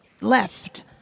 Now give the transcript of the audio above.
left